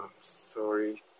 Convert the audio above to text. sorry